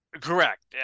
Correct